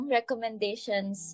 recommendations